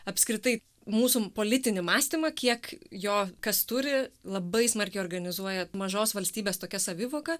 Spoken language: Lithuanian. apskritai mūsų politinį mąstymą kiek jo kas turi labai smarkiai organizuoja mažos valstybės tokia savivoka